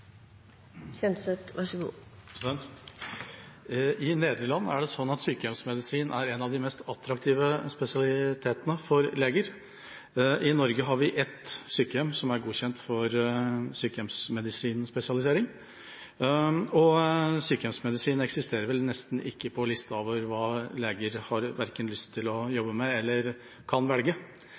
sykehjemsmedisin en av de mest attraktive spesialitetene for leger. I Norge har vi ett sykehjem som er godkjent for sykehjemsmedisinspesialisering. Sykehjemsmedisin eksisterer vel nesten ikke på listen over hva leger har verken lyst til å jobbe med eller kan velge.